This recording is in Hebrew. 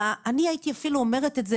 ואני הייתי אפילו אומרת את זה,